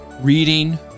Reading